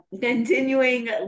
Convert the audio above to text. continuing